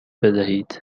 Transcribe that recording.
بدهید